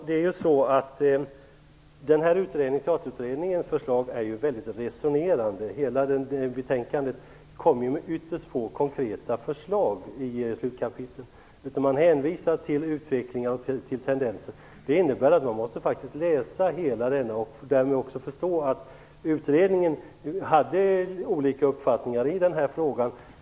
Herr talman! Teaterutredningens förslag är väldigt resonerande. Det finns i betänkandet ytterst få konkreta förslag i slutkapitlet, utan man hänvisar till utvecklingar och tendenser. Det innebär att man måste läsa hela betänkandet, och därmed förstår man också att ledamöterna i utredningen hade olika uppfattning i den här frågan.